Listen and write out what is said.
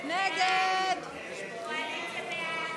אותו סעיף 17,